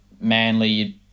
Manly